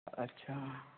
ਅੱਛਾ